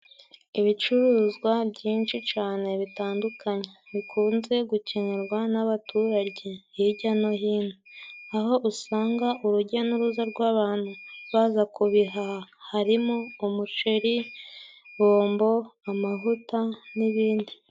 Ibicuruzwa byinshi cane bitandukanye bikunze gukenerwa n'abaturage hijya no hino, aho usanga urujya n'uruza rw'abantu baza kubihaha harimo: umuceri, bombo, amavuta n'ibindi.